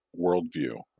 worldview